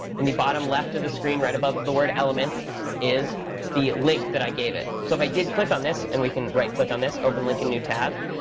in the bottom left of the screen, right above the word elements is the link that i gave it. so if i did click on this and we can right click on this, open a new tab.